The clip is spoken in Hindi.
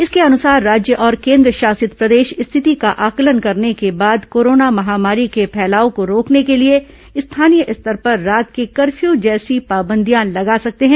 इसके अनुसार राज्य और केन्द्रशासित प्रदेश स्थिति का आकलन करने के बाद कोरोना महामारी के फैलाव को रोकने के लिए स्थानीय स्तर पर रात के कर्फ्यू जैसी पाबंदियां लगा सकते हैं